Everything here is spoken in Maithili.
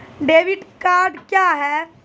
डेबिट कार्ड क्या हैं?